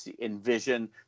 envision